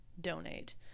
donate